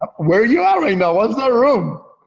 where you at right now? what's that room?